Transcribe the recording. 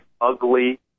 ugly